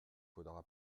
faudra